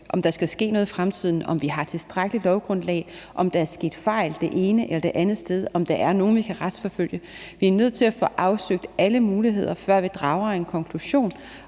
om der skal ske noget i fremtiden, om vi har et tilstrækkeligt lovgrundlag, om der er sket fejl det ene eller det andet sted, eller om der er nogen, vi kan retsforfølge. Vi er nødt til at få afsøgt alle muligheder, før vi drager en konklusion,